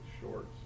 shorts